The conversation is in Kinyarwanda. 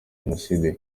jenoside